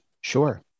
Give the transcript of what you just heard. Sure